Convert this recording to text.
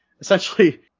essentially